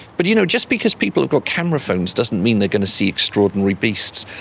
but you know just because people have got camera phones doesn't mean they're going to see extraordinary beasts,